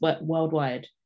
worldwide